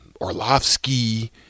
Orlovsky